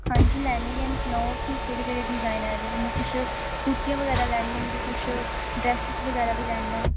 हांजी लैने के न सनाओ फ्ही केह्ड़े केह्ड़े डिजाइन आए दे न कुछ कुर्तियां बगैरा लैनियां न ते कुछ ड्रेसस बगैरा लैनियां न